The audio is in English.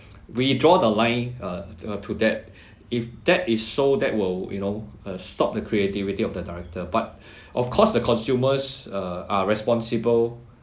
we draw the line uh uh to that if that is so that will you know uh stop the creativity of the director but of course the consumers err are responsible